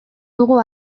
dugu